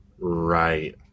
Right